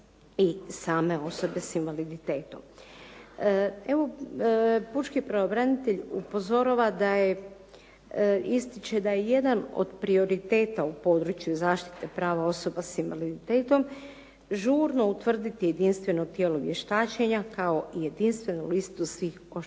i same osobe s invaliditetom. Pučki pravobranitelj upozorava, ističe da je jedan od prioriteta u području zaštite prava osoba s invaliditetom žurno utvrditi jedinstveno tijelo vještačenja kao i jedinstvenu listu svih oštećenja